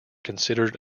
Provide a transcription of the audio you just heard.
considered